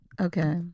okay